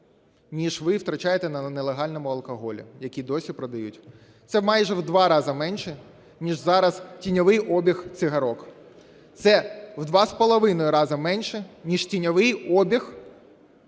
ніж ви втрачаєте на нелегальному алкоголі, який досі продають. Це майже в два рази менше, ніж зараз тіньовий обіг цигарок. Це в два з половиною рази менше, ніж тіньовий обіг палива,